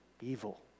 evil